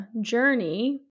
journey